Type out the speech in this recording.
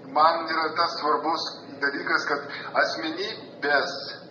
man yra tas svarbus dalykas kad asmenybės